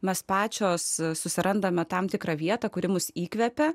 mes pačios susirandame tam tikrą vietą kuri mus įkvepia